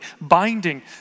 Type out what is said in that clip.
binding